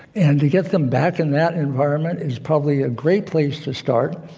and to get them back in that environment is probably a great place to start.